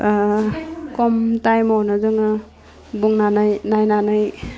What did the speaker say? खम टाइमावनो जोङो बुंनानै नायनानै